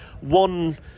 one